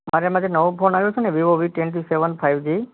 મારે એમાં જે નવો ફોન આવ્યો છે ને Vivo V twenty seven five જી